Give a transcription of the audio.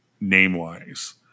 name-wise